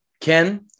Ken